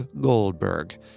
Goldberg